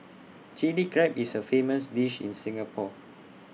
Chilli Crab is A famous dish in Singapore